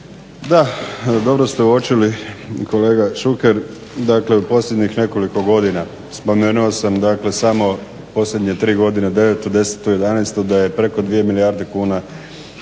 Da, dobro ste uočili kolega Šuker. Dakle u posljednjih nekoliko godina smo spomenuo sam samo posljednje tri godine 9., 10.i 11. Da je preko 2 milijarde kuna